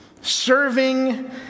Serving